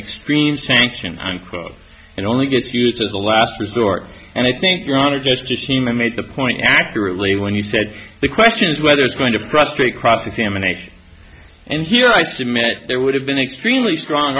extreme sanction unquote and only gets used as a last resort and i think your honor just to seem to make the point accurately when he said the question is whether it's going to prostrate cross examination and here i submit there would have been extremely strong